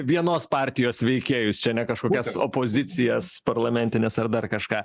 vienos partijos veikėjus čia ne kažkokias opozicijas parlamentines ar dar kažką